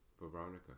Veronica